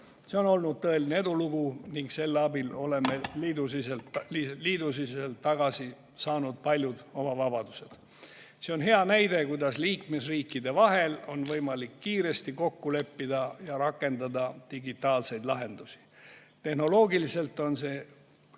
See on olnud tõeline edulugu ning selle abil oleme liidusiseselt tagasi saanud paljud oma vabadused. See on hea näide, kuidas liikmesriikide vahel on võimalik kiiresti kokku leppida ja rakendada digitaalseid lahendusi. Tehnoloogiliselt,